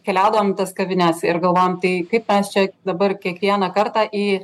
keliaudavom į tas kavines ir galvojom tai kaip mes čia dabar kiekvieną kartą į